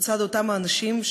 מצד אותם אנשים,